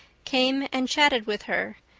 came and chatted with her,